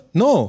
no